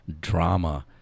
drama